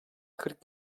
kırk